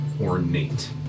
ornate